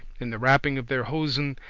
in the wrapping of their hosen,